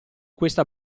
questa